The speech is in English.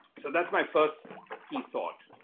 so that's my first key thought.